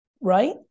right